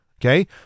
okay